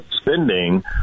spending